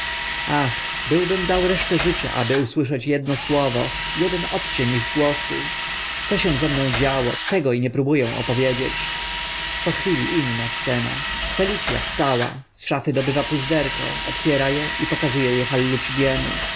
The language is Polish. ach byłbym dał resztę życia aby usłyszeć edno słowo eden odcień ich głosu co się ze mną działo tego i nie próbu ę opowiedzieć po chwili inna scena felic a wstała z sza dobywa puzderko otwiera e i pokazu